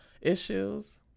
issues